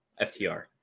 FTR